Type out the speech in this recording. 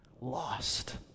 Lost